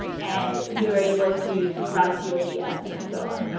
and you're able to route to your vms and so on.